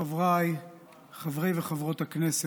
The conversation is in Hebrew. חבריי חברי וחברות הכנסת,